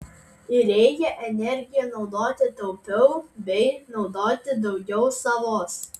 ir reikia energiją naudoti taupiau bei naudoti daugiau savos